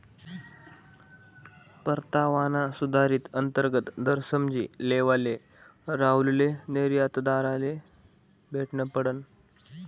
परतावाना सुधारित अंतर्गत दर समझी लेवाले राहुलले निर्यातदारले भेटनं पडनं